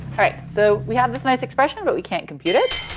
right. so we have this nice expression, but we can't compute it.